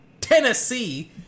Tennessee